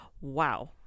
wow